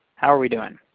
how are we doing?